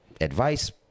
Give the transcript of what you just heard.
advice